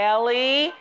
Ellie